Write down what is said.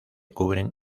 cubren